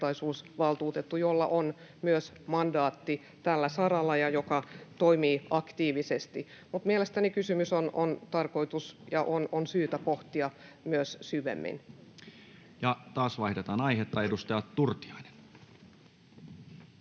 jolla on mandaatti myös tällä saralla ja joka toimii aktiivisesti. Mutta mielestäni kysymystä on tarkoitus ja syytä pohtia myös syvemmin. Taas vaihdetaan aihetta. — Edustaja Turtiainen.